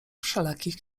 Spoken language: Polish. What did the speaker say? wszelakich